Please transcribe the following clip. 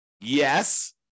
Yes